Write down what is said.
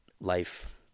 life